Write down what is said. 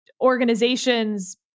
organizations